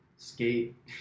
Skate